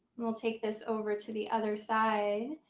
we'll take this over to the other side.